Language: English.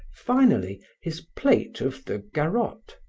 finally his plate of the garot,